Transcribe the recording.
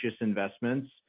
investments